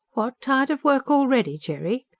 what! tired of work already, jerry?